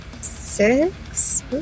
Six